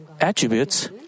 attributes